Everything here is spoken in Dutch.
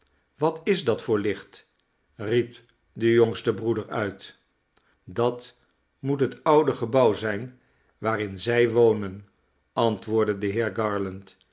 wat is dat voor licht riepdejongste breeder uit dat moet het oude gebouw zijn waarin zij wonen antwoordde de